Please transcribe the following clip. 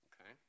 Okay